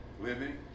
living